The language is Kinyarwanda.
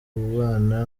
kubana